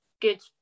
good